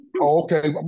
okay